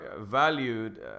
valued